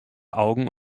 augen